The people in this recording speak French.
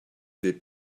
des